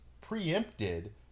preempted